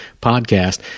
Podcast